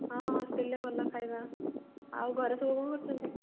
ହଁ ହଷ୍ଟେଲ୍ରେ ଭଲ ଖାଇବା ଆଉ ଘରେ ସବୁ କ'ଣ କରୁଛନ୍ତି